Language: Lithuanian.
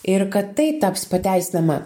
ir kad tai taps pateisinama